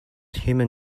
human